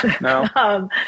No